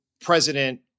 president